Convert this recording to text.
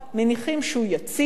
מניחים שהוא יציב.